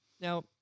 now